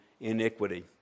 iniquity